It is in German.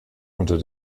unter